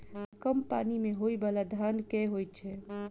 कम पानि मे होइ बाला धान केँ होइ छैय?